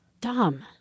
dumb